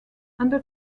under